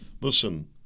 Listen